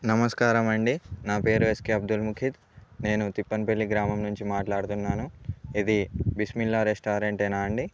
నమస్కారమండి నా పేరు ఎస్ కే అబ్దుల్ ముఖిద్ నేను తిప్పన్పల్లి గ్రామం నుంచి మాట్లాడుతున్నాను ఇది బిస్మిల్లా రెస్టారెంటేనా అండి